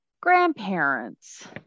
grandparents